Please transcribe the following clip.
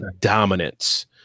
dominance